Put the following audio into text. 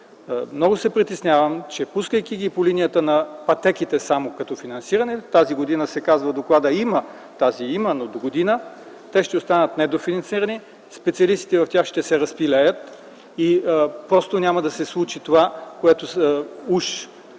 Много се притеснявам, че, пускайки ги по линията на пътеките само като финансиране (в доклада се казва – тази година има, но догодина те ще останат недофинансирани), специалистите в тях ще се разпилеят и просто няма да се случи това, което уж